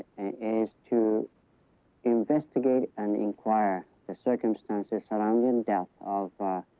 is to investigate and inquire the circumstances surrounding deaths of a